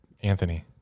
Anthony